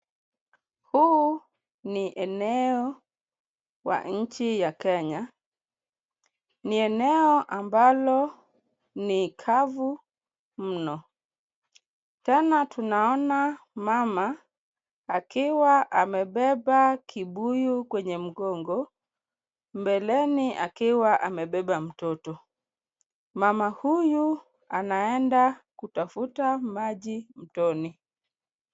Huu ni eneo wa nchi ya Kenya. Ni eneo ambalo ni kavu mno. Tena tunaona mama akiwa amebeba kibuyu kwenye mgongo, mbeleni akiwa amebeba mtoto. Mama huyu anaenda kutafuta maji mtoni.